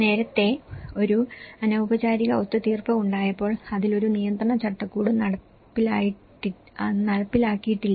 നേരത്തെ ഒരു അനൌപചാരിക ഒത്തുതീർപ്പ് ഉണ്ടായപ്പോൾ അതിൽ ഒരു നിയന്ത്രണ ചട്ടക്കൂടും നടപ്പിലാക്കിയിട്ടില്ല